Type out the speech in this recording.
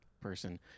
person